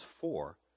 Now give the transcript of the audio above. four